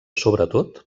sobretot